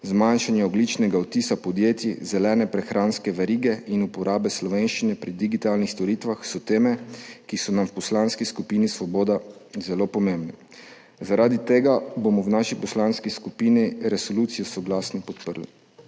zmanjšanje ogljičnega odtisa podjetij, zelene prehranske verige in uporaba slovenščine pri digitalnih storitvah so teme, ki so nam v Poslanski skupini Svoboda zelo pomembne. Zaradi tega bomo v naši poslanski skupini resolucijo soglasno podprli.